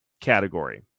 category